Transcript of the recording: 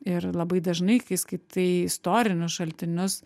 ir labai dažnai kai skaitai istorinius šaltinius